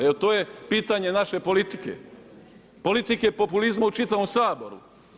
Jer, to je pitanje naše politike, politike populizma u čitavom Saboru.